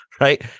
right